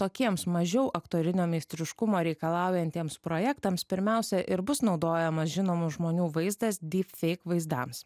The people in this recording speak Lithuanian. tokiems mažiau aktorinio meistriškumo reikalaujantiems projektams pirmiausia ir bus naudojamas žinomų žmonių vaizdas deep fake vaizdams